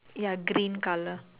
ya green colour